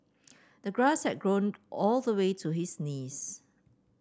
the grass had grown all the way to his knees